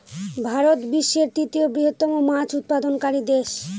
ভারত বিশ্বের তৃতীয় বৃহত্তম মাছ উৎপাদনকারী দেশ